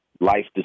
life